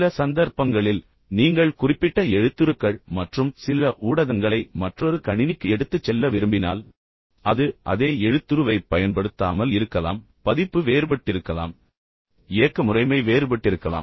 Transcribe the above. சில சந்தர்ப்பங்களில் நீங்கள் குறிப்பிட்ட எழுத்துருக்கள் மற்றும் சில ஊடகங்களை மற்றொரு கணினிக்கு எடுத்துச் செல்ல விரும்பினால் அது அதே எழுத்துருவைப் பயன்படுத்தாமல் இருக்கலாம் ஏனெனில் பதிப்பு வேறுபட்டிருக்கலாம் மற்றும் இயக்க முறைமை வேறுபட்டிருக்கலாம்